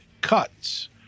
cuts